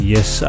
Yes